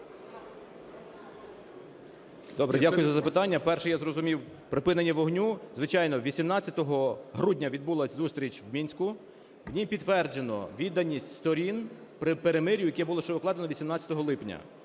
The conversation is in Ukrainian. Добре. Дякую за запитання. Перше, я зрозумів, припинення вогню. Звичайно, 18 грудня відбулася зустріч і Мінську, в ній підтверджено відданість сторін при перемир'я, яке було ще укладено 18 липня.